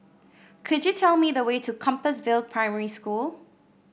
could you tell me the way to Compassvale Primary School